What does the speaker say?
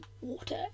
water